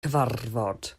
cyfarfod